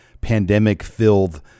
pandemic-filled